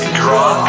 draw